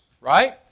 right